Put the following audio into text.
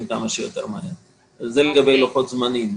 כמה שיותר מהר - זה לגבי לוחות זמנים.